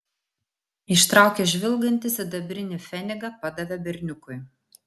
ištraukęs žvilgantį sidabrinį pfenigą padavė berniukui